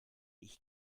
ich